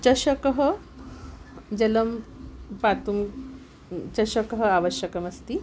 चषकः जलं पातुं चषकः आवश्यकः अस्ति